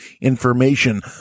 information